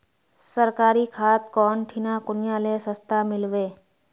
सरकारी खाद कौन ठिना कुनियाँ ले सस्ता मीलवे?